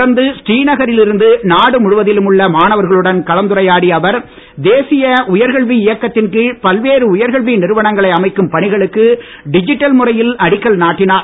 தொடர்ந்து ஸ்ரீநகரில் இருந்து நாடு முழுவதிலும் உள்ள மாணவர்களுடன் கலந்துரையாடிய அவர் தேசிய உயர்கல்வி இயக்கத்தின் கீழ் பல்வேறு உயர்கல்வி நிறுவனங்களை அமைக்கும் பணிகளுக்கு டிஜிட்டல் முறையில் அடிக்கல் நாட்டினார்